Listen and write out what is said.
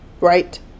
right